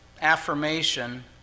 affirmation